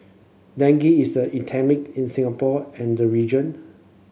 dengue is the endemic in Singapore and the region